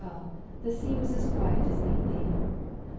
the sea was as quiet as need be.